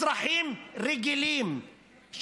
אזרחים רגילים,